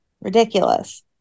Ridiculous